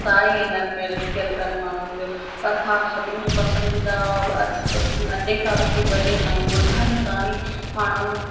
साह ई इन्हनि में लटिकियल अथनि माण्हुनि जो पर हर सभिननी जो पसंदीदा और अॼु नंढे खां वठी वॾे ताईं ॿुढनि ताईं माण्हुनि